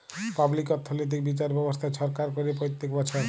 public অথ্থলৈতিক বিচার ব্যবস্থা ছরকার ক্যরে প্যত্তেক বচ্ছর